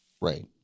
Right